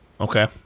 Okay